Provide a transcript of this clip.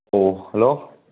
ꯑꯣ ꯍꯜꯂꯣ